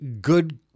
Good